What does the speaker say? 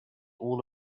all